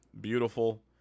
beautiful